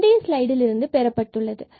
முந்தைய ஸ்லைடில் இருந்து பெறப்பட்டது